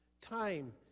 Time